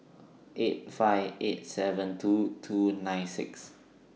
eight five eight seven two two nine six